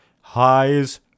Highs